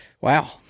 Wow